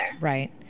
right